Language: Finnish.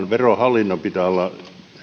verohallinnon pitää olla nimenomaan